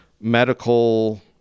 medical